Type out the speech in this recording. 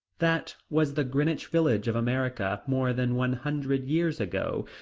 that was the greenwich village of america more than one hundred years ago,